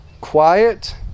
quiet